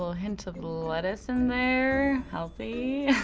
so ah hint of lettuce in there, healthy.